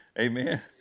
Amen